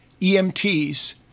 EMTs